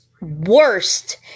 worst